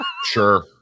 Sure